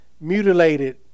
mutilated